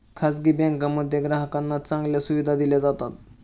खासगी बँकांमध्ये ग्राहकांना चांगल्या सुविधा दिल्या जातात